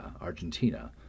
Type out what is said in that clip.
Argentina